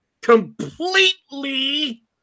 Completely